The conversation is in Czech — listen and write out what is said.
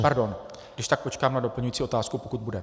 Pardon, když tak počkám na doplňující otázku, pokud bude.